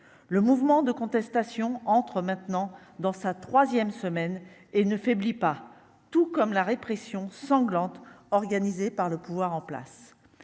le mouvement de contestation entre maintenant dans sa 3ème semaine et ne faiblit pas, tout comme la répression sanglante organisée par le pouvoir en place,